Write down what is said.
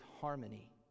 harmony